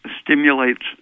stimulates